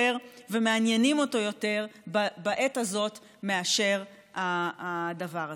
ומעניינים אותו יותר בעת הזאת מאשר הדבר הזה.